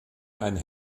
einen